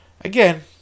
Again